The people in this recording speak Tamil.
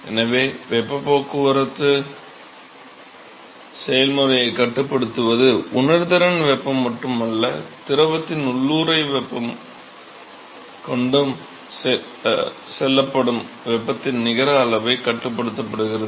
எனவே வெப்பப் போக்குவரத்து செயல்முறையைக் கட்டுப்படுத்துவது உணர்திறன் வெப்பம் மட்டுமல்ல திரவத்தின் உள்ளூறை வெப்பமும் கொண்டு செல்லப்படும் வெப்பத்தின் நிகர அளவைக் கட்டுப்படுத்துகிறது